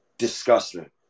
Disgusting